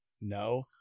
no